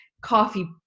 coffee